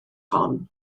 hon